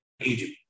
Egypt